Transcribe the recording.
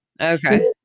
Okay